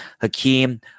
Hakeem